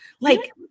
Like-